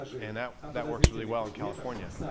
and that that works really well. in california